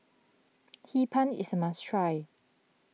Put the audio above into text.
Hee Pan is must try